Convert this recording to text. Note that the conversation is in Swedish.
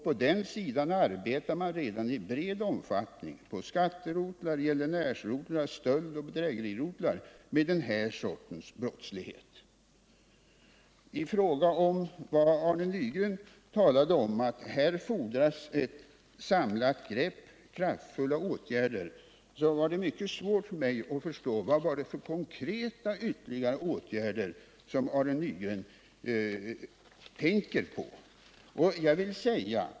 På den sidan arbetar man redan i stor omfattning på skatterotlar, gäldenärsrotlar samt stöldoch bedrägerirotlar med den här sortens brottslighet. När Arne Nygren sade att det fordras ett samlat grepp och kraftfulla åtgärder var det mycket svårt för mig att förstå vad det är för konkreta ytterligare åtgärder som Arne Nygren tänker på.